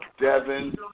Devin